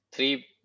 Three